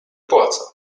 płaca